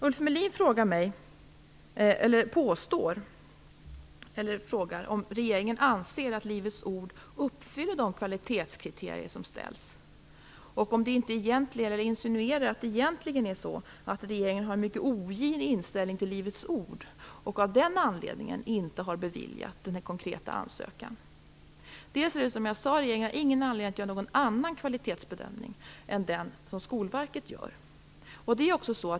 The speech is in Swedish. Ulf Melin frågade mig om regeringen anser att Livets Ord uppfyller de kvalitetskriterier som ställs och insinuerar att regeringen egentligen har en mycket ogin inställning till Livets Ord och av den anledningen inte har beviljat den konkreta ansökan. Som jag sade har regeringen ingen anledning att göra någon annan kvalitetsbedömning än den som Skolverket gör.